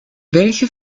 welche